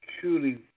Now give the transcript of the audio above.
truly